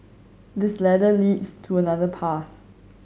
this ladder leads to another path